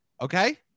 Okay